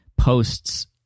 Posts